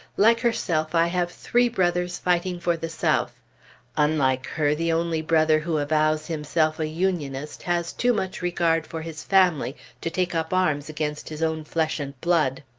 like herself, i have three brothers fighting for the south unlike her, the only brother who avows himself a unionist has too much regard for his family to take up arms against his own flesh and blood.